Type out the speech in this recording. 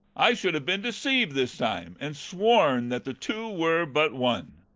i should have been deceived this time, and sworn that the two were but one.